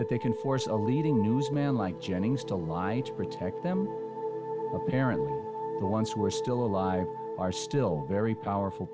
that they can force a leading newsman like jennings to lie to protect them apparently the ones who are still alive are still very powerful